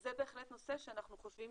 זה בהחלט נושא שאנחנו חושבים